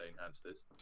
hamsters